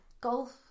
Golf